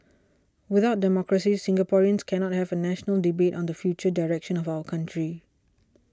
without democracy Singaporeans cannot have a national debate on the future direction of our country